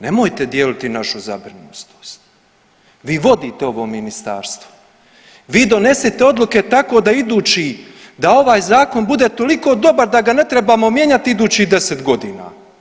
Nemojte dijeliti našu zabrinutost, vi vodite ovo ministarstvo, vi donosite odluke tako da idući da ovaj zakon bude toliko dobar da ga ne trebamo mijenjati idućih 10 godina.